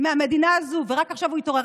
מהמדינה הזו ורק עכשיו הוא התעורר.